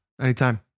Anytime